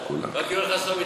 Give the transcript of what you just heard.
רק יואל חסון מתעקש.